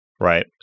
right